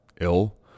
ill